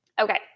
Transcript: Okay